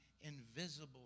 invisible